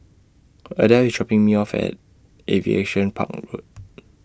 Adell IS dropping Me off At Aviation Park Road